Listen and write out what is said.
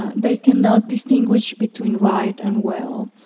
they cannot distinguish between right and well,